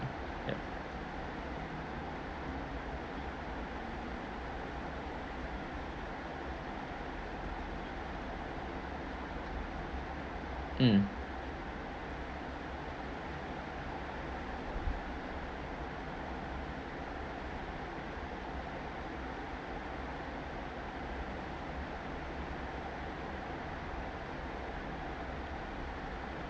yup mm